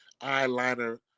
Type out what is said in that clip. eyeliner